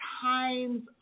times